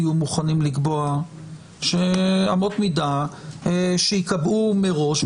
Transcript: תהיו מוכנים לקבוע שאמות מידה שייקבעו מראש,